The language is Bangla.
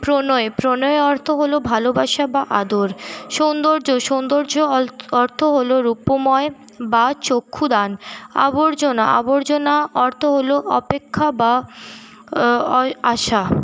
প্রণয় প্রণয় অর্থ হলো ভালোবাসা বা আদর সৌন্দর্য সৌন্দর্য অর্থ হলো রূপময় বা চক্ষুদান আবর্জনা আবর্জনা অর্থ হলো অপেক্ষা বা আশা